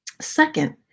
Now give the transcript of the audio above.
Second